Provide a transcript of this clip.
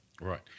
Right